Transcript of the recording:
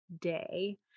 day